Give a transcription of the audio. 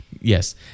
Yes